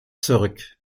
zurück